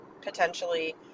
potentially